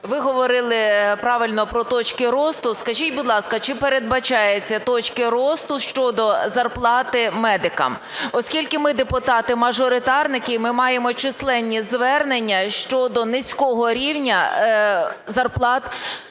Ви говорили правильно про точки росту. Скажіть, будь ласка, чи передбачаються точки росту щодо зарплати медикам? Оскільки ми, депутати-мажоритарники, ми маємо численні звернення щодо низького рівня зарплат медичних